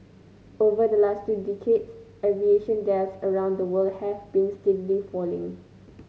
over the last two decades aviation deaths around the world have been steadily falling